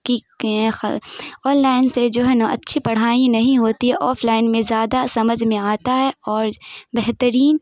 کی online سے جو ہے نا اچّھی پڑھائی نہیں ہوتی آف لائن میں زیادہ سمجھ میں آتا ہے اور بہترین